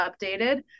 updated